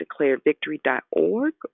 DeclareVictory.org